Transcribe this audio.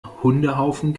hundehaufen